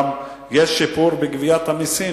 גם יש שיפור בגביית המסים,